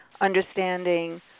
understanding